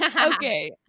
Okay